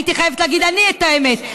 הייתי חייבת אני להגיד את האמת.